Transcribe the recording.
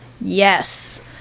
Yes